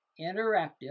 interactive